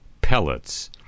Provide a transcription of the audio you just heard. pellets